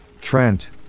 Trent